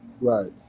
Right